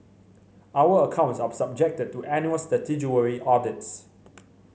our accounts are subjected to annual statutory audits